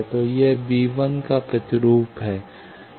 तो यह b1 का प्रतिरूप है